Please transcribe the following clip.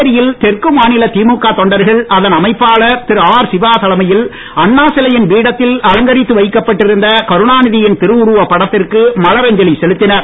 புதுச்சேரியில் தெற்கு மாநில திமுக தொண்டர்கள் அதன் அமைப்பாளர் திரு ஆர் சிவா தலைமையில் அண்ணா சிலையின் பீடத்தில் அலங்கரித்து வைக்கப்பட்டிருந்த கருணாநிதியின் திருவுருவ படத்திற்கு மலர் அஞ்சலி செலுத்தினர்